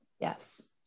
Yes